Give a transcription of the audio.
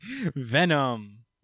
Venom